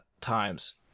times